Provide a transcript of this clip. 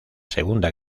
segunda